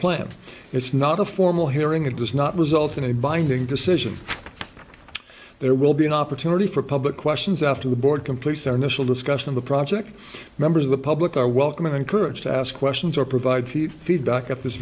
plan it's not a formal hearing it does not result in a binding decision there will be an opportunity for public questions after the board completes their initial discussion of the project members of the public are welcome and encouraged to ask questions or provide feedback at this